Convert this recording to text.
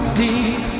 deep